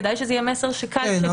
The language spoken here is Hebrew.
כדאי שזה יהיה מסר שקל לקרוא אותו.